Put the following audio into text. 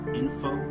info